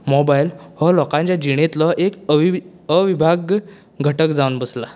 mobile हो लोकांच्या जिणेचो एक अवि अविभाज्य घटक जावन बसला